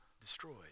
destroyed